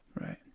Right